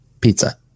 pizza